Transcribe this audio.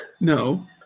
No